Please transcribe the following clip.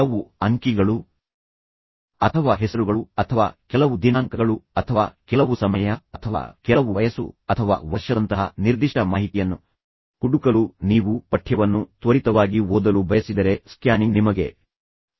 ಕೆಲವು ಅಂಕಿಗಳು ಅಥವಾ ಹೆಸರುಗಳು ಅಥವಾ ಕೆಲವು ದಿನಾಂಕಗಳು ಅಥವಾ ಕೆಲವು ಸಮಯ ಅಥವಾ ಕೆಲವು ವಯಸ್ಸು ಅಥವಾ ವರ್ಷದಂತಹ ನಿರ್ದಿಷ್ಟ ಮಾಹಿತಿಯನ್ನು ಹುಡುಕಲು ನೀವು ಪಠ್ಯವನ್ನು ತ್ವರಿತವಾಗಿ ಓದಲು ಬಯಸಿದರೆ ಸ್ಕ್ಯಾನಿಂಗ್ ನಿಮಗೆ ಸಹಾಯ ಮಾಡುತ್ತದೆ